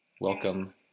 Welcome